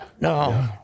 No